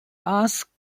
asked